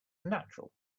natural